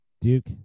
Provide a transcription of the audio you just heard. Duke